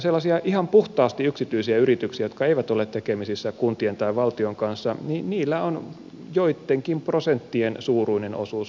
sellaisilla ihan puhtaasti yksityisillä yrityksillä jotka eivät ole tekemisissä kuntien tai valtion kanssa on joittenkin prosenttien suuruinen osuus fennovoimasta